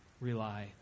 rely